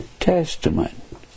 testament